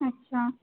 अच्छा